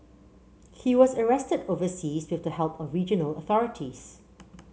he was arrested overseas with the help of regional authorities